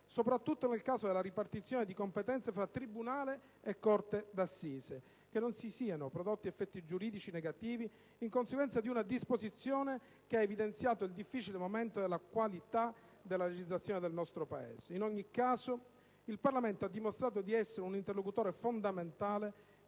soprattutto nel caso della ripartizione di competenze fra tribunale e corte d'assise, che non si siano prodotti effetti giuridici negativi in conseguenza di una disposizione che ha evidenziato il difficile momento della qualità della legislazione nel nostro Paese. In ogni caso, il Parlamento ha dimostrato di essere un interlocutore fondamentale